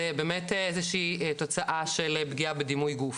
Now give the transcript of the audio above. באמת איזושהי תוצאה של פגיעה בדימוי גוף,